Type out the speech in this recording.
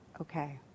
Okay